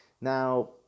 Now